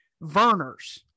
Verner's